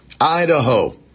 Idaho